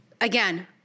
again